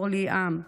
אור ליאם,